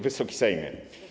Wysoki Sejmie!